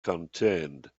contained